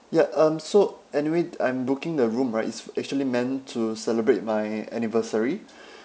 ya um so anyway I'm booking the room right it's actually meant to celebrate my anniversary